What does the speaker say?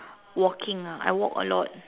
walking ah I walk a lot